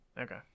Okay